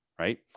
Right